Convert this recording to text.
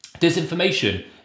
Disinformation